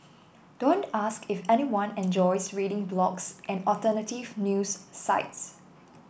don't ask if anyone enjoys reading blogs and alternative news sites